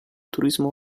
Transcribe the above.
turismo